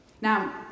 Now